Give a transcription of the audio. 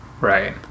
Right